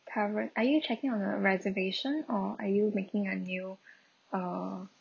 pare~ are you checking on a reservation or are you making a new uh